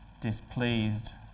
displeased